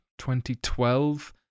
2012